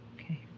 okay